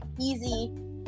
easy